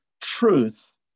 truth